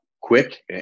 quick